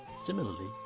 similarly,